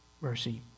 mercy